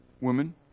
Women